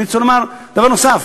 אני רוצה לומר דבר נוסף.